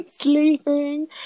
sleeping